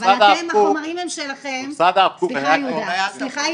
אבל החומרים הם שלכם --- מוסד הרב קוק --- סליחה,